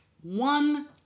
one